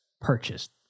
purchased